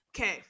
okay